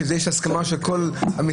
שיש על זה הסכמה של כל המשרדים,